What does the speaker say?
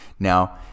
Now